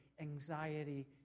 anxiety